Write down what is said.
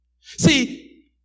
See